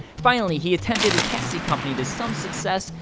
finally, he attempted a taxi company to some success,